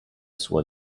sua